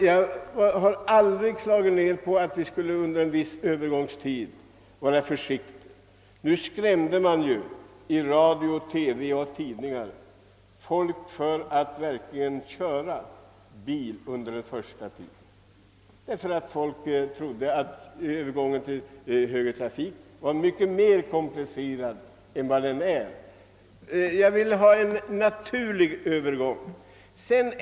Jag har inte menat att vi inte under en viss övergångstid skulle vara särskilt försiktiga. Nu skrämde radio, TV och tidningar folk från att köra bil under den första tiden; man fick den uppfattningen att övergången till högertrafik skulle vara mycket mer komplicerad än den i verkligheten blev. Jag vill ha en naturlig övergång.